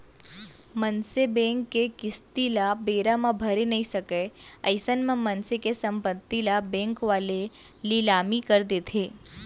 मनसे बेंक के किस्ती ल बेरा म भरे नइ सकय अइसन म मनसे के संपत्ति ल बेंक वाले लिलामी कर देथे